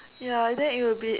ya then it will be